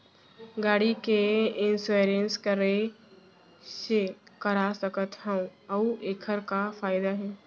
गाड़ी के इन्श्योरेन्स कइसे करा सकत हवं अऊ एखर का फायदा हे?